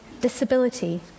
disability